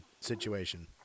situation